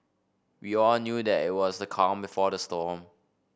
we all knew that it was the calm before the storm